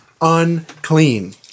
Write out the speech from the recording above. unclean